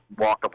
walkable